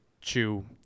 chew